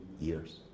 years